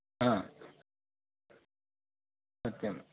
हा सत्यम्